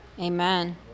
Amen